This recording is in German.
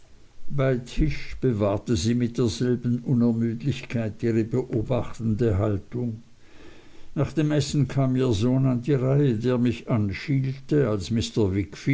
bei tisch bewahrte sie mit derselben unermüdlichkeit ihre beobachtende haltung nach dem essen kam ihr sohn an die reihe der mich anschielte als